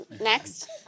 Next